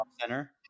center